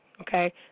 okay